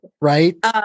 Right